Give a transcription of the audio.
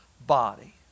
body